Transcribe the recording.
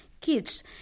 kids